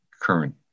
current